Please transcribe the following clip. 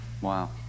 Wow